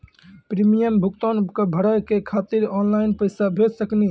Premium भुगतान भरे के खातिर ऑनलाइन पैसा भेज सकनी?